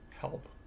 help